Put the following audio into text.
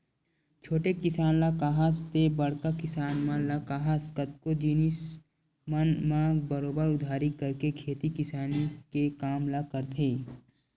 छोटे किसान ल काहस ते बड़का किसान मन ल काहस कतको जिनिस मन म बरोबर उधारी करके खेती किसानी के काम ल करथे